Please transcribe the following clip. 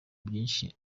byinshi